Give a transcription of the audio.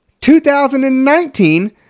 2019